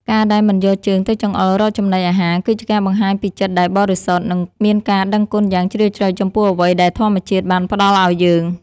ការដែលមិនយកជើងទៅចង្អុលរកចំណីអាហារគឺជាការបង្ហាញពីចិត្តដែលបរិសុទ្ធ និង មានការដឹងគុណយ៉ាងជ្រាលជ្រៅចំពោះអ្វីដែលធម្មជាតិបានផ្តល់ឱ្យយើង។